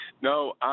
No